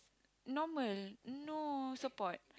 normal no support